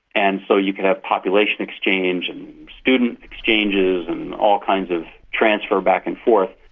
and so you could have population exchange and student exchanges and all kinds of transfer back and forth.